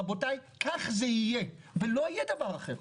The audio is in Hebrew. רבותיי, כך זה יהיה, ולא יהיה דבר אחר.